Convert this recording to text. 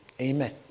amen